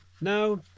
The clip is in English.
Now